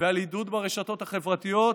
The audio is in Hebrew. ועל עידוד ברשתות החברתיות,